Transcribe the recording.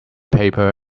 paper